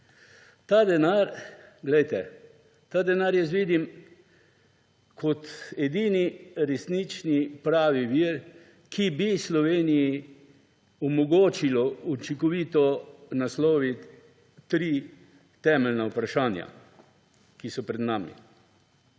Ta denar jaz vidim kot edini resnični pravi vir, ki bi Sloveniji omogočil učinkovito nasloviti tri temeljna vprašanja, ki so pred nami